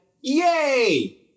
Yay